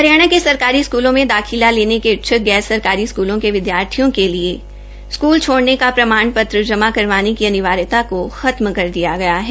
हरियाणा के सरकारी स्कूलों में दाखिला लेने के इच्छुक गैर सरकारी स्कूलों के विद्यार्थियों के लिए स्कूल छोड़ने का प्रमाण पत्र जमा करवाने की अनिवार्य करवाने की अनिवार्यता को खत्म कर दिया गया है